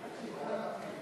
ההצעה להעביר את הצעת חוק